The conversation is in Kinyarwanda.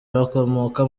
bakomoka